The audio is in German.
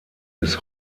bis